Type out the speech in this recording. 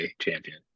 champion